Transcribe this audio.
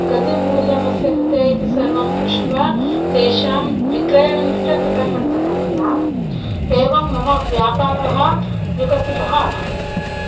कति मूल्यं अस्य कृते इति सर्वं पृष्ट्वा तेषां विक्रयेणं च कृतं वर्तते मया एवं मम व्यापारः विकसितः अभवत्